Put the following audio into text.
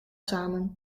samen